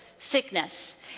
Sickness